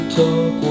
talk